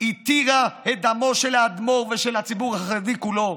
התירה את דמו של האדמו"ר ושל הציבור החרדי כולו.